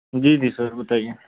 जी जी सर बताइए